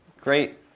great